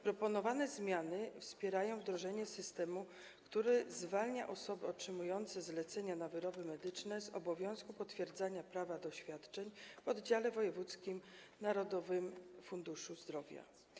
Proponowane zmiany wspierają wdrożenie systemu, który zwalnia osoby otrzymujące zlecenia na wyroby medyczne z obowiązku potwierdzania prawa do świadczeń w oddziale wojewódzkim Narodowego Funduszu Zdrowia.